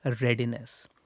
readiness